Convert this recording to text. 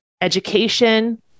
education